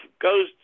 goes